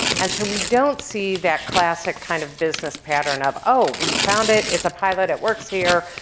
and so we don't see that classic kind of business pattern of oh we found it, it's a pilot, it works here.